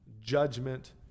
judgment